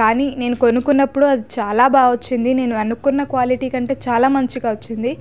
కానీ నేను కొనుక్కునప్పుడు చాలా బాగా వచ్చింది నేను అనుకున్న క్వాలిటీ కంటే చాలా మంచిగా వచ్చింది